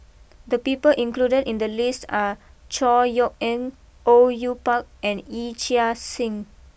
the people included in the list are Chor Yeok Eng Au Yue Pak and Yee Chia Hsing